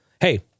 Hey